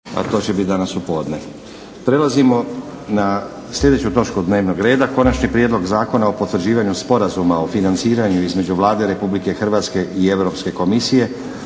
**Stazić, Nenad (SDP)** Prelazimo na sljedeću točku dnevnog reda - Konačni prijedlog Zakona o potvrđivanju Sporazuma o financiranju između Vlade Republike Hrvatske i Europske komisije